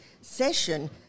session